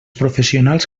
professionals